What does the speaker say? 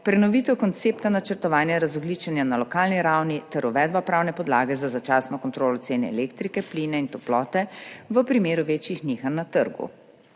prenovitev koncepta načrtovanja razogljičenja na lokalni ravni ter uvedba pravne podlage za začasno kontrolo cen elektrike, plina in toplote v primeru večjih nihanj na trgu.